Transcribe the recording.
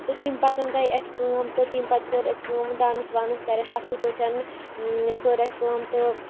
تہٕ تمہِ پَتہٕ گٔے اَسہِ کٲم تہٕ تمہِ پَتہٕ کٔر اَسہِ کٲم ڈانٕس وانٕس کٔرِتھ اصل پٲٹھۍ کٔر اَسہِ کٲم تہٕ